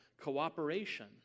Cooperation